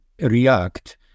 react